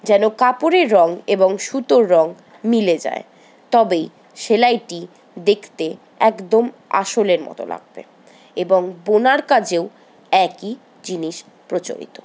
যেন কাপড়ের রঙ এবং সুতোর রঙ মিলে যায় তবেই সেলাইটি দেখতে একদম আসলের মতো লাগবে এবং বোনার কাজেও একই জিনিস প্রচলিত